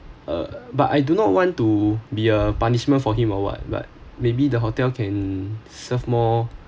uh but I do not want to be a punishment for him or what but maybe the hotel can serve more